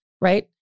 right